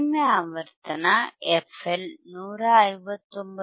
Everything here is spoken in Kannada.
ಕಡಿಮೆ ಆವರ್ತನ fL 159